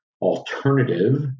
Alternative